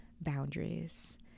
boundaries